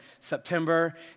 September